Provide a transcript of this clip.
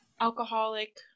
alcoholic